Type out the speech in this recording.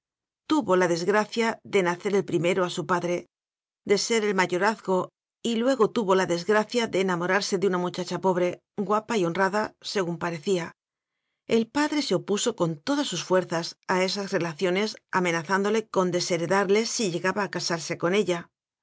tuvo la desgracia de nacer el primero a su padre de ser el mayorazgo y luego tuvo la desgra cia de enamorarse de una muchacha pobre guapa y honrada según parecía el padre se opuso con todas sus fuerzas a esas relacio nes amenazándole con desheredarle si llegaba a casarse con ella